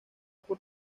por